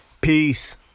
Peace